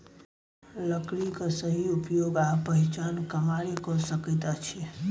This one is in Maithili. लकड़ीक सही उपयोग आ पहिचान कमारे क सकैत अछि